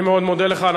אני מאוד מודה לך.